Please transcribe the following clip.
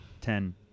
Ten